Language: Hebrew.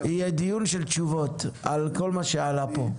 הזאת יהיה דיון של תשובות על כל מה שעלה פה.